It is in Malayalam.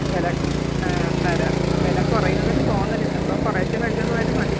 വില ആ തരാം വില കുറയും എന്നൊരു തോന്നൽ അപ്പം കുറേശ്ശെ മേടിച്ചുകൊണ്ട് പോയാലും മതി